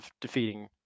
defeating